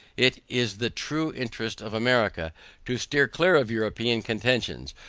it is the true interest of america to steer clear of european contentions,